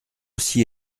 aussi